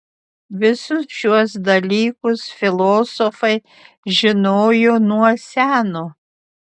visus šiuos dalykus filosofai žinojo nuo seno